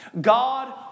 God